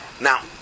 now